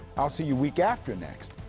i'll see you week after next.